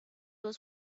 was